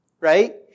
right